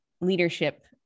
leadership